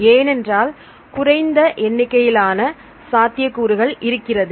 ஏனென்றால் குறைந்த எண்ணிக்கையிலான சாத்தியக்கூறுகள் இருக்கிறது